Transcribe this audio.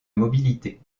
mobilité